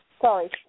Sorry